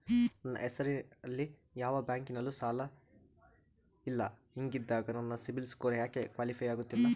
ನನ್ನ ಹೆಸರಲ್ಲಿ ಯಾವ ಬ್ಯಾಂಕಿನಲ್ಲೂ ಸಾಲ ಇಲ್ಲ ಹಿಂಗಿದ್ದಾಗ ನನ್ನ ಸಿಬಿಲ್ ಸ್ಕೋರ್ ಯಾಕೆ ಕ್ವಾಲಿಫೈ ಆಗುತ್ತಿಲ್ಲ?